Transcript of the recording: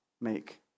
make